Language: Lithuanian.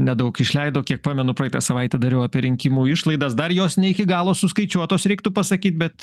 nedaug išleido kiek pamenu praeitą savaitę dariau apie rinkimų išlaidas dar jos ne iki galo suskaičiuotos reiktų pasakyt bet